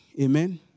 Amen